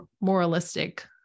moralistic